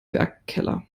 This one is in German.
werkkeller